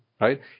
right